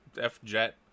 F-jet